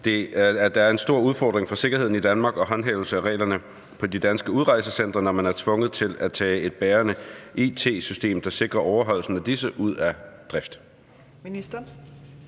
der er en stor udfordring for sikkerheden i Danmark og håndhævelse af reglerne på de danske udrejsecentre, når man er blevet tvunget til at tage et bærende it-system, der sikrer overholdelse af disse, ud af drift?